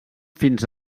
fins